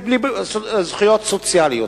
ובלי זכויות סוציאליות.